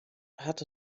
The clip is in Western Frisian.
hat